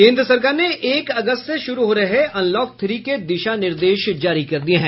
केन्द्र सरकार ने एक अगस्त से शुरू हो रहे अनलॉक थ्री के दिशा निर्देश जारी कर दिये हैं